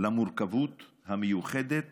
למורכבות המיוחדת